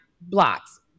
blocks